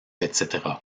etc